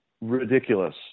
ridiculous